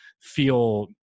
feel